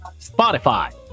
Spotify